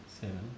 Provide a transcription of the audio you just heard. seven